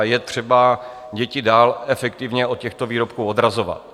Je třeba děti dál efektivně od těchto výrobků odrazovat.